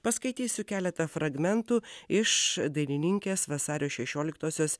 paskaitysiu keletą fragmentų iš dainininkės vasario šešioliktosios